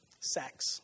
Sex